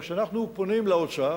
וכשאנחנו פונים לאוצר,